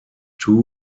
two